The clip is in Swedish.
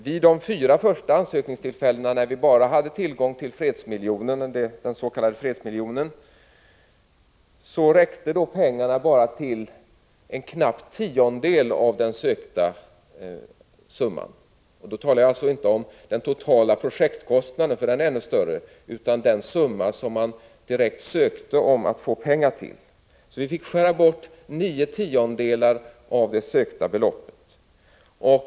Vid de fyra första ansökningstillfällena, när vi bara hade tillgång till den s.k. fredsmiljonen, räckte pengarna bara till en knapp tiondel av den sökta summan. Då talar jag alltså inte om den totala projektkostnaden — den är ännu större — utan den summa som man direkt sökte få pengar till. Vi fick skära bort nio tiondelar av det sökta beloppet.